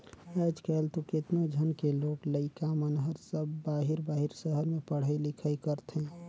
आयज कायल तो केतनो झन के लोग लइका मन हर सब बाहिर बाहिर सहर में पढ़ई लिखई करथे